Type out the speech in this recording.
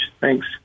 Thanks